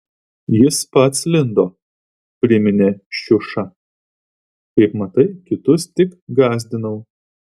jis pats lindo priminė šiuša kaip matai kitus tik gąsdinau